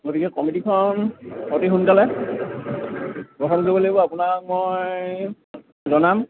গতিকে কমিটিখন অতি সোনকালে গ্ৰহণ কৰিব লাগিব আপোনাক মই জনাম